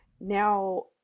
now